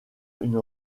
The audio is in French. une